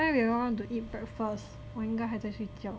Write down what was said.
why will want to eat breakfast 我应该还在睡觉